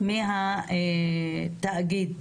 מהתאגיד